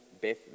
Beth